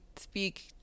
speak